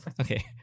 Okay